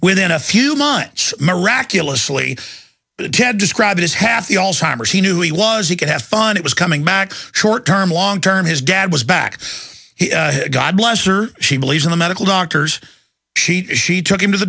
within a few months miraculously ted described as half the all time as he knew he was he could have fun it was coming back short term long term his dad was back god bless her she believes in the medical doctors she took him to the